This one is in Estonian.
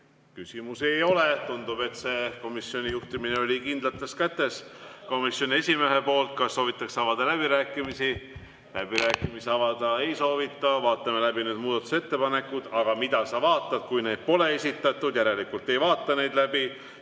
Küsimusi ei ole. Tundub, et see komisjoni juhtimine oli kindlates kätes komisjoni esimehe poolt. Kas soovitakse avada läbirääkimisi? Läbirääkimisi avada ei soovita. Vaatame läbi muudatusettepanekud. Aga mida sa vaatad, kui neid pole esitatud? Järelikult me ei vaata neid läbi.